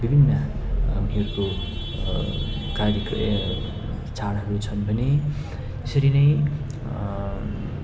विभिन्न उनीहरूको कार्य चाडहरू छन् भने त्यसरी नै